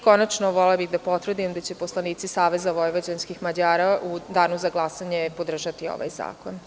Konačno volela bih da potvrdim da će poslanici SVM u danu za glasanje podržati ovaj zakon.